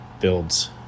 builds